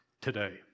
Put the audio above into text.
today